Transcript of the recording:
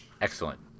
excellent